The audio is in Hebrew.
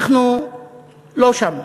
אנחנו לא שם.